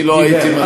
אני לא הייתי מצליח,